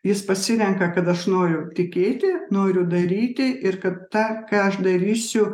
jis pasirenka kad aš noriu tikėti noriu daryti ir kad tą ką aš darysiu